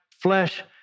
flesh